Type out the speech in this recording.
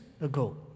ago